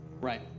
Right